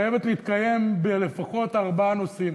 חייבת להתקיים לפחות בחמישה נושאים: